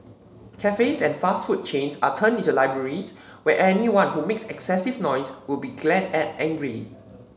cafes and fast food chains are turned into libraries where anyone who makes excessive noise would be glared at angrily